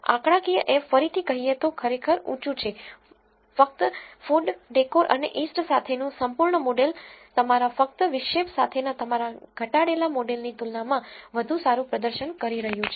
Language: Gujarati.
આંકડાકીય f ફરીથી કહીએ તો ખરેખર ઉંચું છે કે ફક્ત food decor અને east સાથેનું સંપૂર્ણ મોડેલ તમારા ફક્ત વિક્ષેપની સાથેના તમારા ઘટાડેલા મોડેલની તુલનામાં વધુ સારું પ્રદર્શન કરી રહ્યું છે